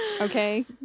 Okay